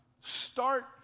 start